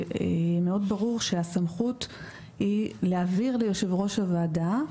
ברור מאוד שהסמכות היא להעביר ליושב-ראש הוועדה.